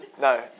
No